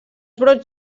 brots